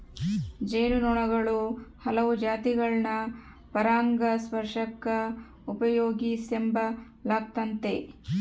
ಜೇನು ನೊಣುಗುಳ ಹಲವು ಜಾತಿಗುಳ್ನ ಪರಾಗಸ್ಪರ್ಷಕ್ಕ ಉಪಯೋಗಿಸೆಂಬಲಾಗ್ತತೆ